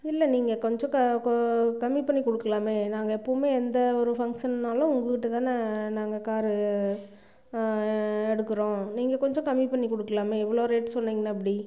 இல்லை நீங்கள் கொஞ்சம் க கொ கம்மி பண்ணி கொடுக்கலாமே நாங்கள் எப்பவுமே எந்த ஒரு ஃபங்க்ஷன்னாலும் உங்கள்கிட்ட தான் நாங்கள் காரு எடுக்கிறோம் நீங்கள் கொஞ்சம் கம்மி பண்ணி கொடுக்கலாமே இவ்வளோ ரேட் சொன்னிங்கன்னால் எப்படி